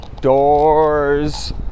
doors